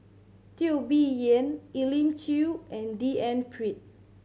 Teo Bee Yen Elim Chew and D N Pritt